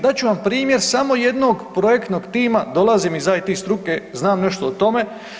Dat ću vam primjer samo jednog projektnog tima, dolazim iz IT struke, znamo nešto o tome.